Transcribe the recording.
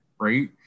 right